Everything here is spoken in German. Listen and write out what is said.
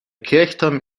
kirchturm